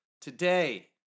today